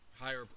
higher